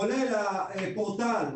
כולל הפורטל,